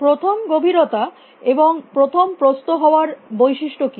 প্রথম গভীরতা এবং প্রথম প্রস্থ হওয়ার বৈশিষ্ট্য কী